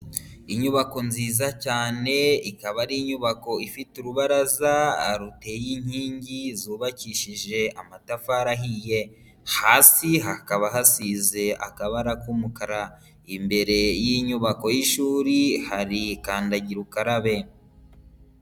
Inyubako nziza cyane ikaba ari inyubako ifite urubaraza ruteye inkingi zubakishije amatafari ahiye, hasi hakaba hasize akabara k'umukara, imbere y'inyubako y'ishuri hari kandagira ukarabe